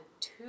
two